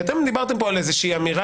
כי אתם דיברתם פה על איזושהי אמירה